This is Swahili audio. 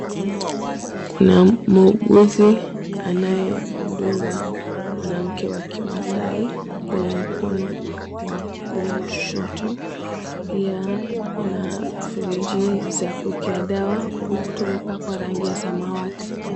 Kuna muuguzi anayemdunga mwanamke wa kimaasai kwenye mkono wa kushoto. Pia kuna friji za kuekea dawa. Ukuta umepakwa rangi ya samawati.